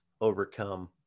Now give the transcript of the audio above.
overcome